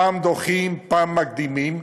פעם דוחים, פעם מקדימים.